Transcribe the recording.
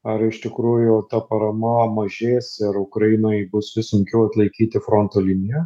ar iš tikrųjų ta parama mažės ir ukrainoj bus vis sunkiau atlaikyti fronto liniją